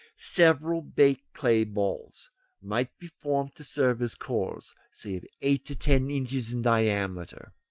several baked clay balls might be formed to serve as cores, say of eight to ten inches in diameter.